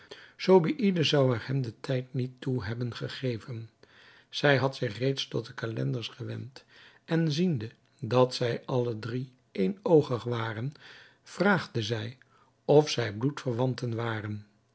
zobeïde zou er hem den tijd niet toe hebben gegeven zij had zich reeds tot de calenders gewend en ziende dat zij alle drie éénoogig waren vraagde zij of zij